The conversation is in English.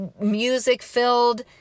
music-filled